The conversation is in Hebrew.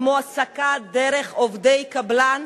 כמו העסקה של עובדי קבלן,